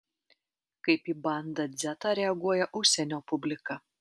kaip į bandą dzetą reaguoja užsienio publika